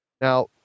Now